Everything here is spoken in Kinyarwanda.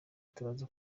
turaza